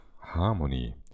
harmony